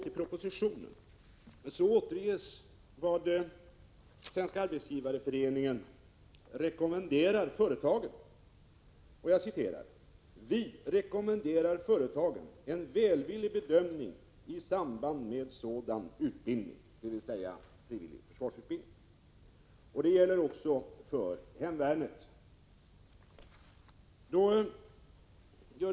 I propositionen återges vad Svenska arbetsgivareföreningen rekommenderar företagen. Så här står det: ”Vi rekommenderar företagen en välvillig bedömning i samband med sådan utbildning”, dvs. frivillig försvarsutbildning. Det gäller också för hemvärnet.